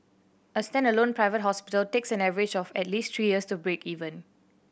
a standalone private hospital takes an average of at least three years to break even